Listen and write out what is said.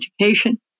education